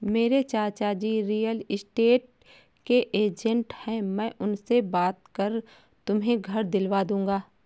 मेरे चाचाजी real estate के एजेंट है मैं उनसे बात कर तुम्हें घर दिलवा दूंगा